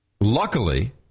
luckily